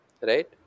Right